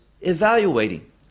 evaluating